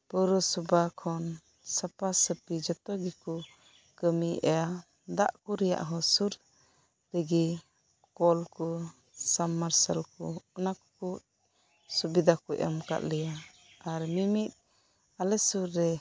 ᱯᱚᱣᱨᱚ ᱥᱚᱵᱷᱟᱠᱷᱚᱱ ᱥᱟᱯᱷᱟ ᱥᱟᱯᱷᱤ ᱡᱚᱛᱚᱜᱮᱠᱩ ᱠᱟᱹᱢᱤᱭᱟ ᱫᱟᱜᱠᱩ ᱨᱮᱭᱟᱜ ᱦᱚᱸ ᱥᱩᱨ ᱨᱮᱜᱤ ᱠᱚᱞᱠᱩ ᱥᱟᱢ ᱢᱟᱨᱥᱟᱞᱠᱩ ᱚᱱᱟᱠᱩᱠᱩ ᱥᱩᱵᱤᱫᱟᱠᱩ ᱮᱢ ᱟᱠᱟᱫ ᱞᱮᱭᱟ ᱟᱨ ᱢᱤᱢᱤᱫ ᱟᱞᱮ ᱥᱩᱨ ᱨᱮ